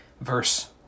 verse